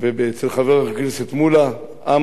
ואצל חבר הכנסת מולה עם רב